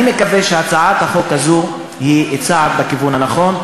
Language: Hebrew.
אני מקווה שהצעת החוק הזאת היא צעד בכיוון הנכון.